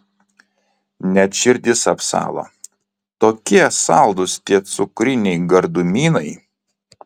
net širdis apsalo tokie saldūs tie cukriniai gardumynai